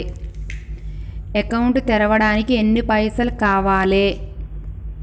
Account తెరవడానికి ఎన్ని పైసల్ కావాలే?